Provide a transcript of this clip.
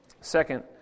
second